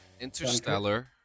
Interstellar